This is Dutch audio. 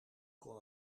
kon